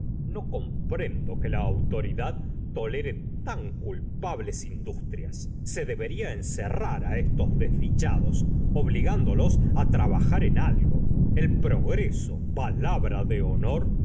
no comprendo que la autoridad tolere tan culpn bles industrias se debería encerrar á estos desdichados obligándolos á trabajar en algo el progreso palabra de honor